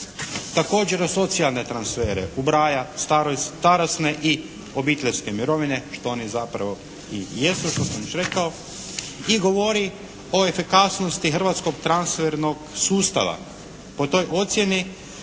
Također u socijalne transfere ubraja starosne i obiteljske mirovine što oni zapravo i jesu, što sam već rekao. I govori o efikasnosti hrvatskog transfernog sustava. Po toj ocjeni